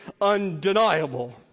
undeniable